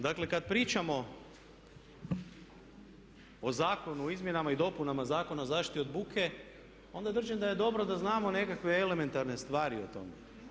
Dakle, kad pričamo o Zakonu o izmjenama i dopunama Zakona o zaštiti od buke, onda držim da je dobro da znamo nekakve elementarne stvari o tome.